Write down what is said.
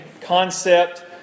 concept